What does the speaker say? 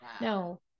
no